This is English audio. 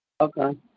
Okay